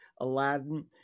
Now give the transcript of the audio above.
Aladdin